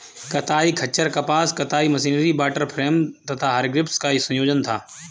कताई खच्चर कपास कताई मशीनरी वॉटर फ्रेम तथा हरग्रीव्स का संयोजन था